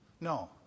No